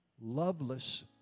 Loveless